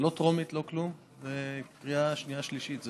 זה לא טרומית, לא כלום, זו קריאה שנייה ושלישית.